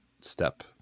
step